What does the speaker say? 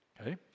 Okay